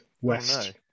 West